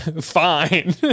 fine